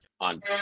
on